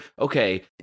okay